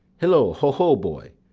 hillo, ho, ho, boy!